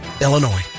Illinois